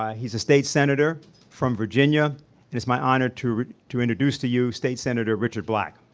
um he is a state senator from virginia it is my honor to to introduce to you state senator richard black.